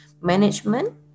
management